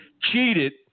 cheated